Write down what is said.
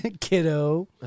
kiddo